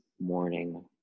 Morning